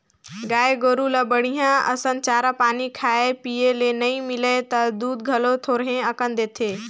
गाय गोरु ल बड़िहा असन चारा पानी खाए पिए ले नइ मिलय त दूद घलो थोरहें अकन देथे